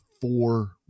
four